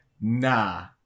nah